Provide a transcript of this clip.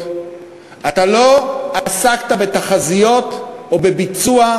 אתמול הושק דוח הגזענות בשדולה למלחמה בגזענות ואפליה,